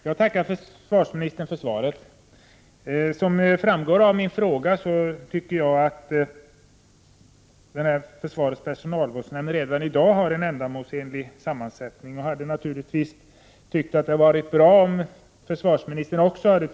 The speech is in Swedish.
Tjernobylkatastrofen drabbade Sverige genom bl.a. stora nedfall av cesium. Än i dag ökar cesiumhalten i såväl vilt som fisk. Ändå kom Sverige lindrigt undan.